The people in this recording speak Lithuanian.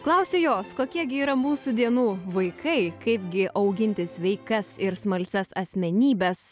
klausiu jos kokie gi yra mūsų dienų vaikai kaipgi auginti sveikas ir smalsias asmenybes